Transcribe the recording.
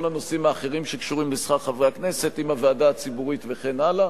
הנושאים האחרים שקשורים לשכר חברי הכנסת עם הוועדה הציבורית וכן הלאה.